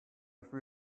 few